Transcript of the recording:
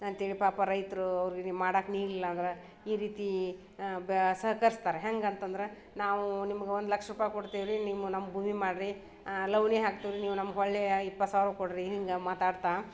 ಅಂಥೇಳಿ ಪಾಪ ರೈತರೂ ಅವ್ರಿಗೆ ಮಾಡೋಕೆ ನೀರು ಇಲ್ಲ ಅಂದ್ರೆ ಈ ರೀತಿ ಬಾ ಸಹಕರಿಸ್ತಾರೆ ಹೆಂಗೆ ಅಂತಂದ್ರೆ ನಾವೂ ನಿಮ್ಗೆ ಒಂದು ಲಕ್ಷ ರೂಪಾಯಿ ಕೊಡ್ತೀವಿ ರೀ ನಿಮ್ಮ ನಮ್ಮ ಭೂಮಿ ಮಾಡಿರಿ ಲೌನಿ ಹಾಕ್ತೀವಿ ರಿ ನೀವು ನಮ್ಗೆ ಒಳ್ಳೆಯ ಇಪ್ಪತ್ತು ಸಾವಿರ ಕೊಡಿರಿ ಹಿಂಗೆ ಮಾತಾಡ್ತಾ